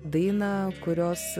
dainą kurios